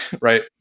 right